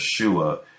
Yeshua